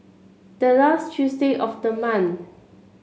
the last Tuesday of the month